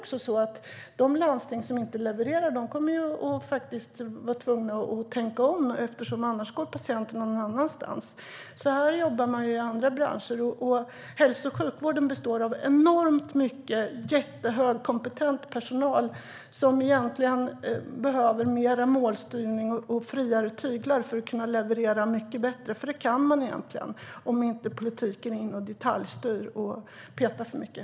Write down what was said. I så fall kommer ju de landsting som inte levererar att vara tvungna att tänka om - annars går patienterna någon annanstans. Så jobbar man i andra branscher. Hälso och sjukvården har enormt mycket jättekompetent personal som behöver mer målstyrning och friare tyglar för att kunna leverera mycket bättre. Det kan man om politiken inte är inne och detaljstyr och petar för mycket.